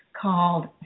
called